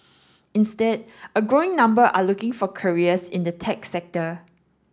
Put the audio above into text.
instead a growing number are looking for careers in the tech sector